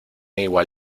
igual